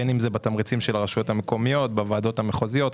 בין אם זה בתמריצים של הרשויות המקומיות בוועדות המחוזיות,